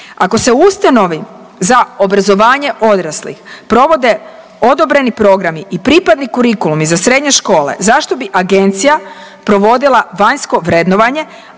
ako se u ustanovi za obrazovanje odraslih provode odobreni programi i pripadni kurikulum i za srednje škole, zašto bi agencija provodila vanjsko vrednovanje